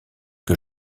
que